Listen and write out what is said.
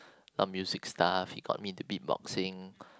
a music stuff he got me into beat boxing